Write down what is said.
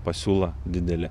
pasiūla didelė